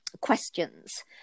questions